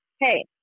Hey